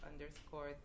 underscore